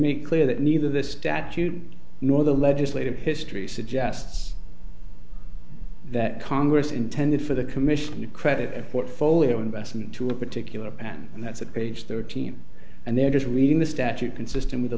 make clear that neither the statute nor the legislative history suggests that congress intended for the commission to credit what foley investment to a particular plan and that's a page thirteen and they're just reading the statute consistent with